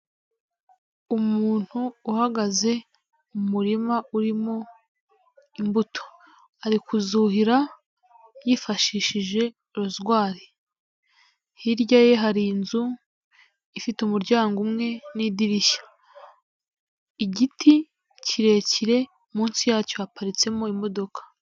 Umuntu uhagaze mu murima urimo imbuto, ari kuzuhira yifashishije rozwari hirya ye hari inzu ifite umuryango umwe n'idirishya, igiti kirekire munsi yacyo haparitsemo imodoka.